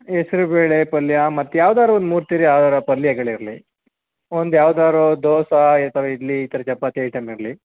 ಹೆಸ್ರ್ ಬೇಳೆ ಪಲ್ಯ ಮತ್ತು ಯಾವ್ದಾದ್ರು ಒಂದು ಮೂರು ರೀತಿ ಯಾವ್ದಾರು ಪಲ್ಯಗಳು ಇರಲಿ ಒಂದು ಯಾವ್ದಾದ್ರು ದೋಸೆ ಈ ಥರ ಇಡ್ಲಿ ಈ ಥರ ಚಪಾತಿ ಐಟಮ್ ಇರಲಿ